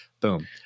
Boom